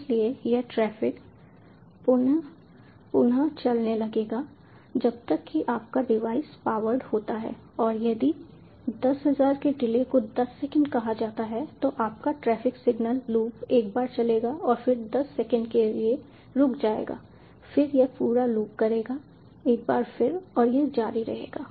इसलिए यह ट्रैफ़िक पुन पुन चलने लगेगा जब तक कि आपका डिवाइस पावर्ड होता है और यदि 10000 के डिले को 10 सेकंड कहा जाता है तो आपका ट्रैफ़िक सिग्नल लूप एक बार चलेगा और फिर 10 सेकंड के लिए रुक जाएगा फिर यह पूरा लूप करेगा एक बार फिर और यह जारी रहेगा